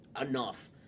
enough